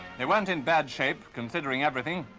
they weren't in bad shape, considering everything.